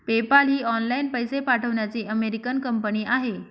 PayPal ही online पैसे पाठवण्याची अमेरिकन कंपनी आहे